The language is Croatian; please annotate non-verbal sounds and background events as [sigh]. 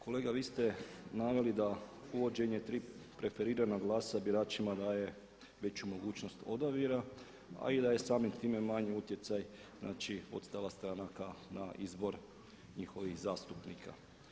Kolega vi ste naveli da uvođenje tri preferirana glasa biračima daje veću mogućnost odabira a i da je samim time manji utjecaj znači … [unintelligible] stranaka na izbor njihovih zastupnika.